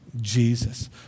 Jesus